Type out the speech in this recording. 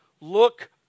look